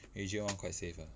agent one quite safe ah